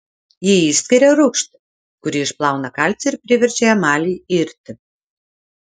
ji išskiria rūgštį kuri išplauna kalcį ir priverčia emalį irti